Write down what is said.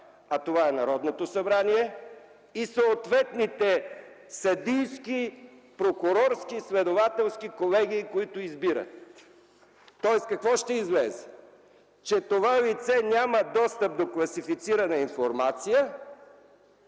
А това са Народното събрание и съответните съдийски, прокурорски и следователски колеги, които избират. Тоест, какво ще излезе? Че това лице няма достъп до класифицирана информация,